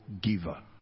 giver